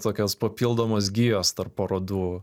tokios papildomos gijos tarp parodų